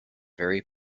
very